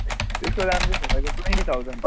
त्यसको दाम चाहिँ तपाईँको ट्वेन्टी थाउजन्ड